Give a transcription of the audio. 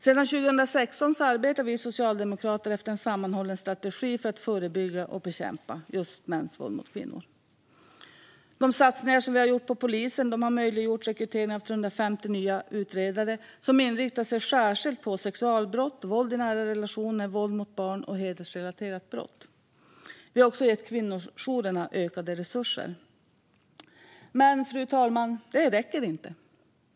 Sedan 2016 arbetar vi socialdemokrater efter en sammanhållen strategi för att förebygga och bekämpa mäns våld mot kvinnor. De satsningar vi har gjort på polisen har möjliggjort rekryteringen av 350 nya utredare som inriktar sig särskilt på sexualbrott, våld i nära relationer, våld mot barn och hedersrelaterade brott. Vi har också gett kvinnojourerna ökade resurser. Fru talman! Det räcker dock inte.